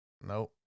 Nope